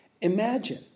imagine